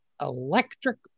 electric